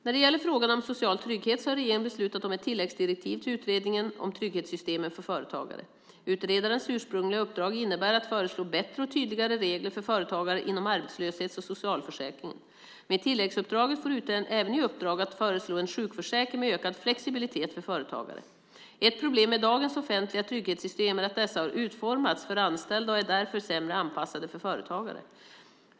När det gäller frågan om social trygghet har regeringen beslutat om ett tilläggsdirektiv till utredningen om trygghetssystemen för företagare. Utredarens ursprungliga uppdrag innebär att föreslå bättre och tydligare regler för företagare inom arbetslöshets och socialförsäkringen. Med tilläggsuppdraget får utredaren även i uppdrag att föreslå en sjukförsäkring med ökad flexibilitet för företagare. Ett problem med dagens offentliga trygghetssystem är att dessa har utformats för anställda och därför är sämre anpassade för företagare.